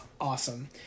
awesome